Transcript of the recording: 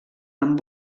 amb